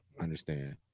understand